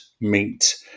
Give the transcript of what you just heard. meat